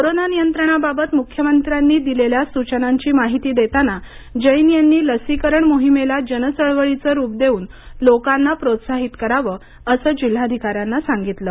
corona नियंत्रणाबाबत मुख्यमंत्र्यांनी दिलेल्या सूचनांची माहिती देताना जैन यांनी लसीकरण मोहिमेला जन चळवळीचं रूप देऊन लोकांना प्रोत्साहित करावंअसं जिल्हाधिकाऱ्यांना सांगितलं